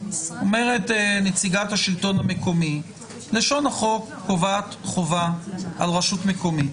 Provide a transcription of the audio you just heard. אומרת נציגת השלטון המקומי שלשון החוק קובעת חובה על רשות מקומית.